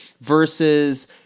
versus –